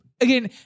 again